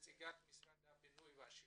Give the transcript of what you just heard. נציגת משרד הבינוי והשיכון.